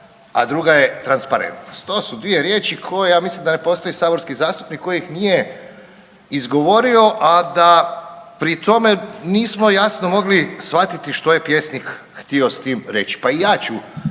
a druga je „transparentnost“. To su dvije riječi koje ja mislim da ne postoji saborski zastupnik koji ih nije izgovorio, a da pri tome nismo jasno mogli shvatiti što je pjesnik htio s tim reći. Pa i ja ću